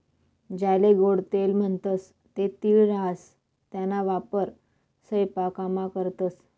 ज्याले गोडं तेल म्हणतंस ते तीळ राहास त्याना वापर सयपाकामा करतंस